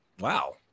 wow